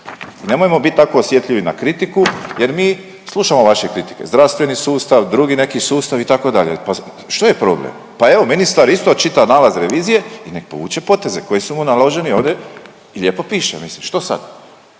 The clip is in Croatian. Nemojmo biti tako osjetljivi na kritiku jer mi slušamo vaše kritike, zdravstveni sustav, drugi neki sustav itd. Pa što je problem? Pa evo ministar isto čita nalaz revizije i nek povuče poteze koji su mu naloženi ovdje i lijepo piše. Mislim što sad?